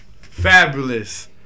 Fabulous